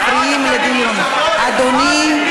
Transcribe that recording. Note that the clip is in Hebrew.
אני מבקשת מהאופוזיציה לסגור את החשבונות שלכם מחוץ לאולם.